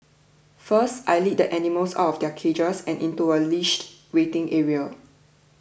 first I lead the animals out of their cages and into a leashed waiting area